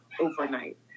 overnight